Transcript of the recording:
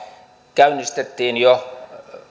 käynnistettiin jo